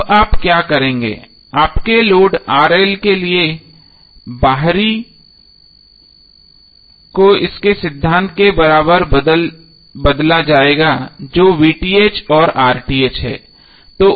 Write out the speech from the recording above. अब आप क्या करेंगे आपके लोड के लिए बाहरी को इसके सिद्धांत के बराबर बदला जाएगा जो और है